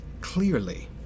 clearly